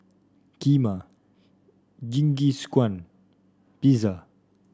Kheema Jingisukan Pizza